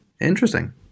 Interesting